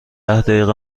دقیقه